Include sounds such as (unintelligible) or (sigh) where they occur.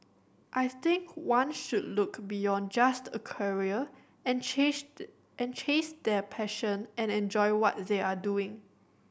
I think one should look beyond just a career and (unintelligible) the and chase their passion and enjoy what they are doing